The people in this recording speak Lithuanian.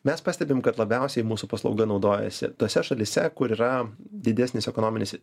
mes pastebim kad labiausiai mūsų paslauga naudojasi tose šalyse kur yra didesnis ekonominis